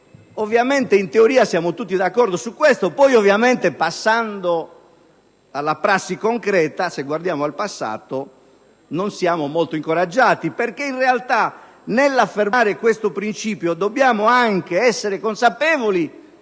ovviamente, in teoria siamo tutti d'accordo su questo, ma poi, passando alla prassi concreta, se guardiamo al passato non siamo molto incoraggiati. In realtà infatti, nell'affermare questo principio, dobbiamo anche essere consapevoli